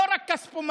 לא רק כספומטים.